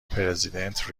پرزیدنت